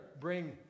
bring